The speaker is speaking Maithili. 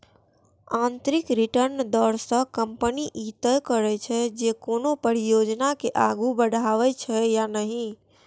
आंतरिक रिटर्न दर सं कंपनी ई तय करै छै, जे कोनो परियोजना के आगू बढ़ेबाक छै या नहि